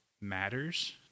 matters